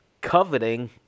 coveting